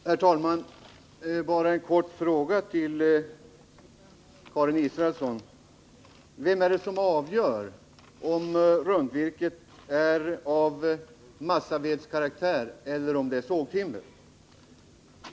Herr talman! Jag vill bara ställa en kort fråga till Karin Israelsson: Vem är det som avgör om rundvirket är av massavedskaraktär eller om det är sågtimmer?